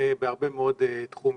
בהרבה מאוד תחומים.